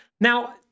Now